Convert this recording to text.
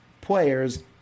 players